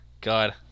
God